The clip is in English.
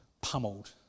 pummeled